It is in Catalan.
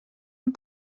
amb